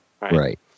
Right